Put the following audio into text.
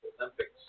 Olympics